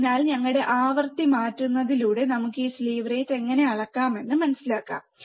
അതിനാൽ ഞങ്ങൾ ആവൃത്തി മാറ്റുന്നതിലൂടെ നമുക്ക് ഈ സ്ലീവ് റേറ്റ് എങ്ങനെ അളക്കാമെന്ന് മനസിലാക്കുക